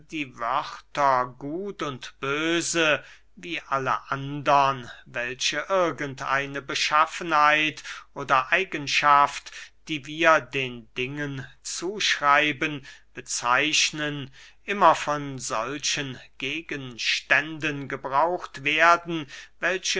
die wörter gut und böse wie alle andern welche irgend eine beschaffenheit oder eigenschaft die wir den dingen zuschreiben bezeichnen immer von solchen gegenständen gebraucht werden welche